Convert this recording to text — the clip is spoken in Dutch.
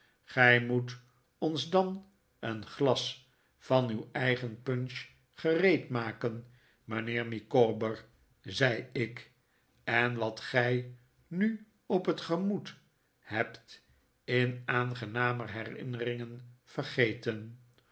gij moet ons dan een glas van uw eigen punch gereedmaken mijnheer micawber zei ik en wat gij nu op het gemoed hebt in aangenamer herinneringen vergeten